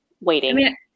waiting